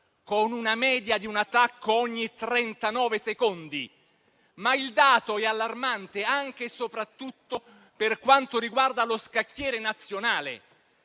con una media di un attacco ogni 39 secondi, ma il dato è allarmante anche e soprattutto per quanto riguarda lo scacchiere nazionale,